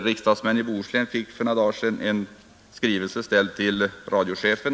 Riksdagsmän i Bohuslän fick för några dagar sedan ta del av en skrivelse ställd till radiochefen.